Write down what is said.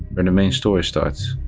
and main story starts.